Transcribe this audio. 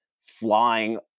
flying